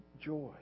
joy